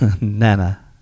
Nana